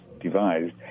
devised